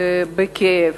ובכאב: